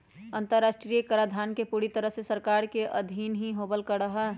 अन्तर्राष्ट्रीय कराधान पूरी तरह से सरकार के अधीन ही होवल करा हई